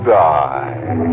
die